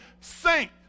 saint